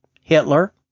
Hitler